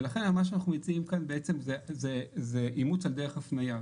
לכן מה שאנחנו מציעים כאן זה אימוץ על דרך הפניה.